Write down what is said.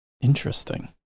Interesting